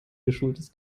geschultes